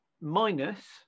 minus